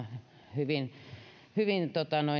hyvin hyvin